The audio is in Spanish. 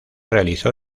realizó